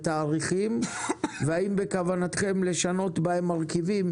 האם בכוונתכם לשנות בהן מרכיבים,